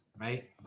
right